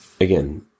Again